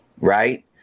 right